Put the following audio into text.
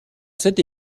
cette